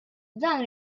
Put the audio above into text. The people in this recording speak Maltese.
dan